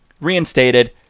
reinstated